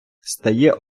стає